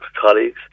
colleagues